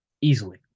Easily